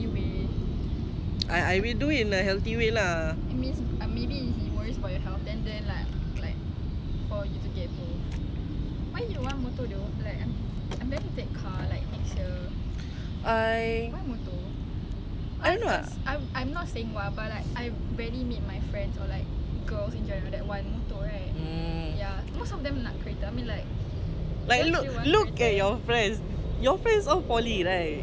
why not mm look look at your friends your friends all poly right I'm still like those macam you know so I like motor since young cause I grow up with my aunty [what] then her anak